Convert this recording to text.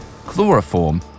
chloroform